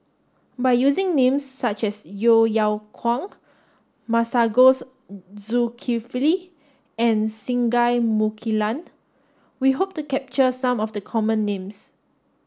by using names such as Yeo Yeow Kwang Masagos Zulkifli and Singai Mukilan we hope to capture some of the common names